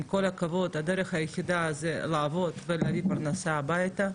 עם כל הכבוד הדרך היחידה זה לעבוד ולהביא פרנסה הביתה,